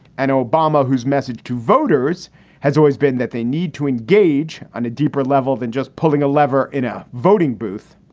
and obama, whose message to voters has always been that they need to engage on a deeper level than just pulling a lever in a voting booth.